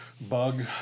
Bug